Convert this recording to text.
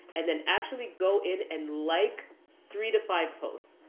and then actually go in and like three to five posts.